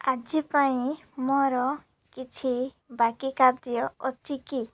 ଆଜି ପାଇଁ ମୋର କିଛି ବାକି କାର୍ଯ୍ୟ ଅଛି କି